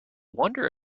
wonder